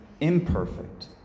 imperfect